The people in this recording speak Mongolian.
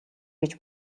гэж